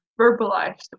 verbalized